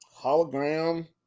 hologram